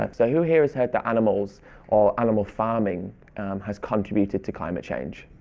um so who here has heard the animals or animal farming has contributed to climate change?